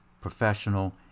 professional